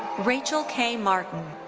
rachel kay martin.